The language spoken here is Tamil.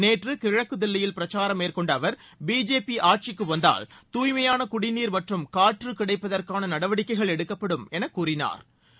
நேற்று கிழக்கு தில்லியில் பிரச்சாரம் மேற்கொண்ட அவர் பிஜேபி ஆட்சிக்கு வந்தால் தூய்மையான குடிநீர் மற்றும் காற்று கிடைப்பதற்கான பல நடவடிக்கைகள் எடுக்கப்படும் என கூறினா்